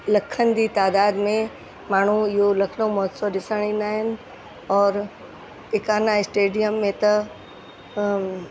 लखनि जी तइदाद में माण्हू इहो लखनऊ महोत्सव ॾिसणु ईंदा आहिनि और इकाना स्टेडियम में त